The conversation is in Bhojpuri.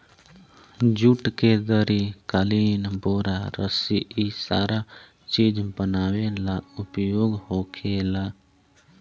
जुट के दरी, कालीन, बोरा, रसी इ सारा चीज बनावे ला उपयोग होखेला